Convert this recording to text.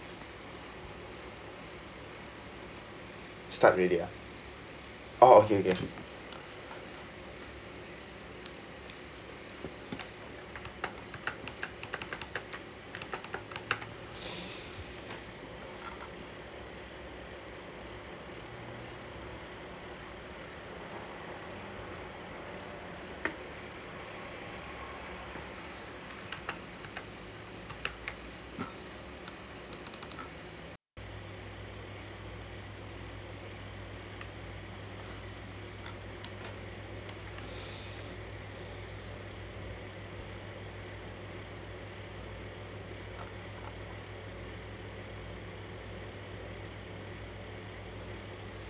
start already ah orh okay okay